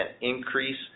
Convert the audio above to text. increase